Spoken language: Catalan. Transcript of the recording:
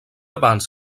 abans